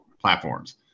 platforms